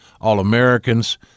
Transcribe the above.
All-Americans